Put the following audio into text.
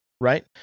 right